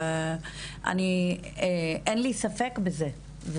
אין לי ספק בזה.